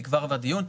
נקבע כבר דיון,